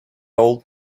old